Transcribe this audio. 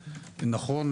נכון,